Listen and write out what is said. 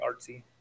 artsy